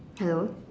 hello